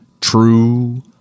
True